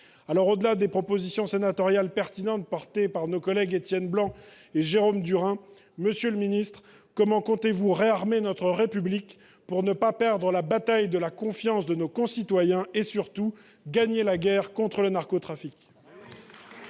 Au delà des propositions sénatoriales pertinentes défendues par nos collègues Étienne Blanc et Jérôme Durain, comment comptez vous réarmer notre République pour ne pas perdre la bataille de la confiance de nos concitoyens, et surtout gagner la guerre contre le narcotrafic ?